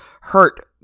hurt